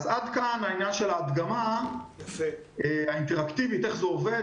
עד כאן ההדגמה האינטראקטיבית ואיך זה עובד.